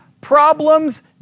problems